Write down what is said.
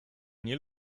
nie